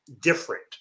different